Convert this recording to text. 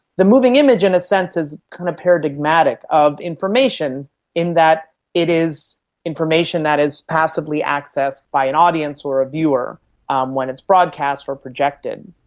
the moving image, in a sense, is kind of paradigmatic of information in that it is information that is passably accessed by an audience or a viewer um when it's broadcast or projected.